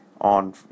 on